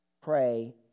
pray